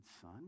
son